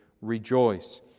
rejoice